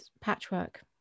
patchwork